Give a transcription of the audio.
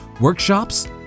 Workshops